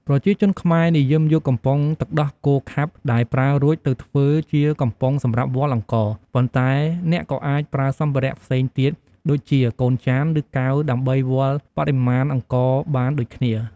ប្រជាជនខ្មែរ និយមយកកំប៉ុងទឹកដោះគោខាប់ដែលប្រើរួចទៅធ្វើជាកំប៉ុងសម្រាប់វាល់អង្ករ ប៉ុន្តែអ្នកក៏អាចប្រើសម្ភារៈផ្សេងទៀត ដូចជា កូនចាន ឬ កែវ ដើម្បីវាស់បរិមាណអង្ករបានដូចគ្នា។